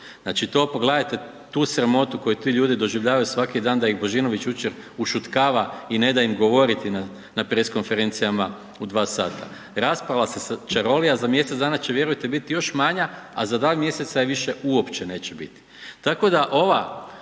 Znači to pogledajte, tu sramotu koju ti ljudi doživljavaju svaki dan da ih Božinović jučer ušutkava i ne da im govoriti na press konferencijama u 2 sata. Raspala se čarolija, za mjesec dana će, vjerujte, biti još manja, a za 2 mjeseca je više uopće neće biti.